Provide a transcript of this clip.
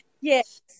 yes